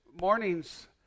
morning's